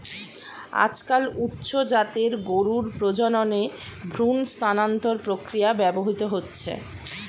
আজকাল উচ্চ জাতের গরুর প্রজননে ভ্রূণ স্থানান্তর প্রক্রিয়া ব্যবহৃত হচ্ছে